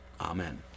amen